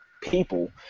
People